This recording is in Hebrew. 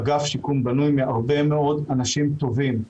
אגף השיקום בנוי מהרבה מאוד אנשים טובים.